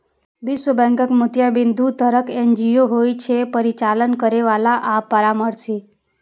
विश्व बैंकक मोताबिक, दू तरहक एन.जी.ओ होइ छै, परिचालन करैबला आ परामर्शी